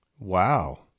Wow